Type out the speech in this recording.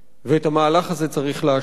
ואת המהלך הזה צריך להשלים.